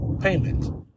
payment